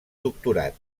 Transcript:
doctorat